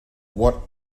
what